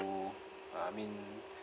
who uh I mean